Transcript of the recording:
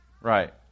Right